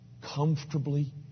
comfortably